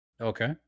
okay